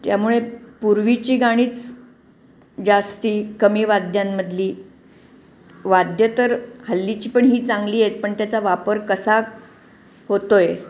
त्यामुळे पूर्वीची गाणीच जास्ती कमी वाद्यांमधली वाद्य तर हल्लीची पण ही चांगली आहेत पण त्याचा वापर कसा होतो आहे